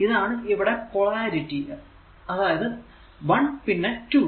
ഇതാണ് ഇവിടെ പൊളാരിറ്റി അതായതു 1 പിന്നെ 2